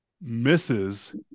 misses